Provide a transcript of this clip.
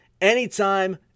anytime